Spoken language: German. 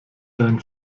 deinen